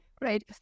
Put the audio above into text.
great